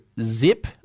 zip